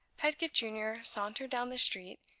pedgift junior sauntered down the street,